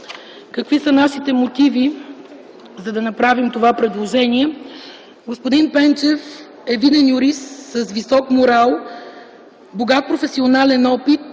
Какви са нашите мотиви, за да направим това предложение? Господин Пенчев е виден юрист с висок морал, богат професионален опит